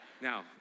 Now